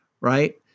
right